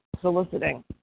soliciting